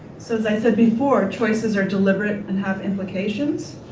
so, as i said before, choices are deliberate and have implications.